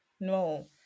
No